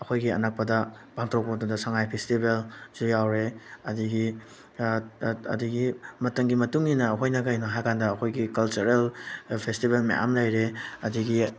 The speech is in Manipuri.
ꯑꯩꯈꯣꯏꯒꯤ ꯑꯅꯛꯄꯗ ꯄꯥꯡꯊꯣꯔꯛꯄ ꯃꯇꯝꯗ ꯁꯉꯥꯏ ꯐꯦꯁꯇꯤꯚꯦꯜꯁꯨ ꯌꯥꯎꯔꯦ ꯑꯗꯒꯤ ꯑꯗꯒꯤ ꯃꯇꯝꯒꯤ ꯃꯇꯨꯡ ꯏꯟꯅ ꯑꯩꯈꯣꯏꯅ ꯀꯩꯅꯣ ꯍꯥꯏꯔꯀꯥꯟꯗ ꯑꯩꯈꯣꯏꯒꯤ ꯀꯜꯆꯔꯦꯜ ꯐꯦꯁꯇꯤꯚꯦꯜ ꯃꯌꯥꯝ ꯂꯩꯔꯦ ꯑꯗꯒꯤ